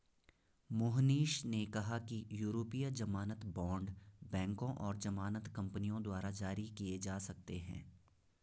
मोहनीश ने कहा कि यूरोपीय ज़मानत बॉण्ड बैंकों और ज़मानत कंपनियों द्वारा जारी किए जा सकते हैं